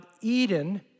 Eden